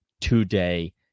today